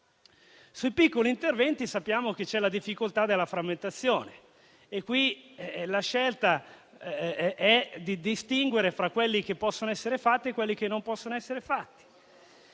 Sui piccoli interventi sappiamo che c'è la difficoltà della frammentazione e la scelta è fra gli interventi che possono essere fatti e quelli che non possono essere fatti.